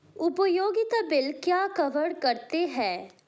उपयोगिता बिल क्या कवर करते हैं?